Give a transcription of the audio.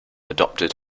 adopted